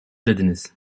dediniz